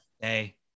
Hey